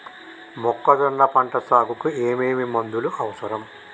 మొక్కజొన్న పంట సాగుకు ఏమేమి మందులు అవసరం?